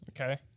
Okay